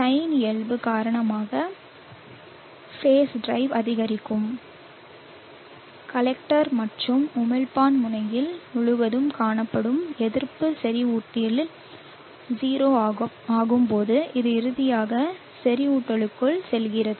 sign இயல்பு காரணமாக base drive அதிகரிக்கும்போது கலெக்டர் மற்றும் உமிழ்ப்பான் முனையம் முழுவதும் காணப்படும் எதிர்ப்பு செறிவூட்டலில் 0 ஆகும்போது இது இறுதியாக செறிவூட்டலுக்குள் செல்கிறது